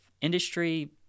industry